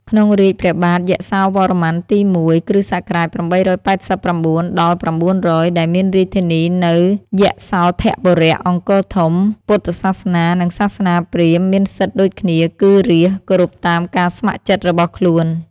ក្នុងរាជ្យព្រះបាទយសោវរ្ម័នទី ១ (គ.ស ៨៨៩-៩០០) ដែលមានរាជធានីនៅ យសោធបុរៈ (អង្គរធំ) ពុទ្ធសាសនា និងសាសនាព្រាហ្មណ៍មានសិទ្ធិដូចគ្នា គឺ រាស្ត្រ គោរពតាមការស្ម័គ្រចិត្តរបស់ខ្លួន។